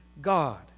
God